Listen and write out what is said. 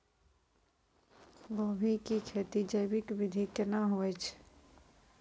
गोभी की खेती जैविक विधि केना हुए छ?